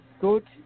good